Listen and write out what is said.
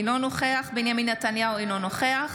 אינו נוכח בנימין נתניהו, אינו נוכח